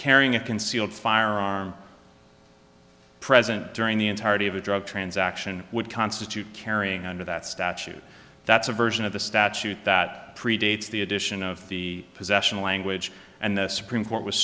carrying a concealed firearm present during the entirety of a drug transaction would constitute carrying under that statute that's a version of the statute that predates the addition of the possession language and the supreme court was